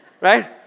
Right